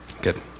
Good